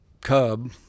cub